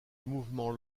mouvement